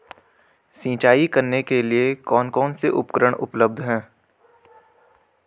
सिंचाई करने के लिए कौन कौन से उपकरण उपलब्ध हैं?